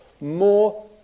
more